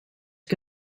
que